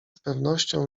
pewnością